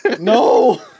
No